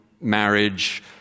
marriage